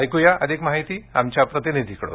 ऐक्या अधिक माहिती आमच्या प्रतिनिधीकडून